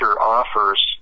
offers